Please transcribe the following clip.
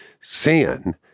sin